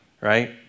right